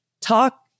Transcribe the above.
talk